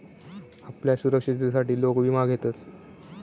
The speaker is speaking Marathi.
आपल्या सुरक्षिततेसाठी लोक विमा घेतत